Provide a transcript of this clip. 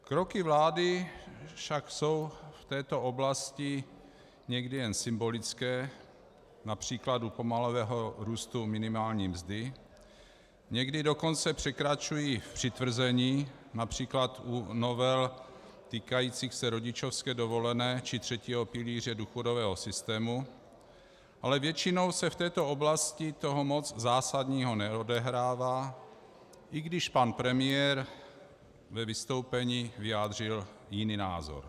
Kroky vlády však jsou v této oblasti někdy jen symbolické, například u pomalého růstu minimální mzdy, někdy dokonce překračují přitvrzení, například u novel týkajících se rodičovské dovolené či třetího pilíře důchodového systému, ale většinou se v této oblasti toho moc zásadního neodehrává, i když pan premiér ve vystoupení vyjádřil jiný názor.